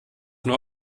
nur